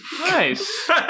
nice